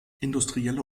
industrielle